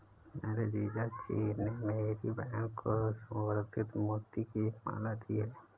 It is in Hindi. मेरे जीजा जी ने मेरी बहन को संवर्धित मोती की एक माला दी है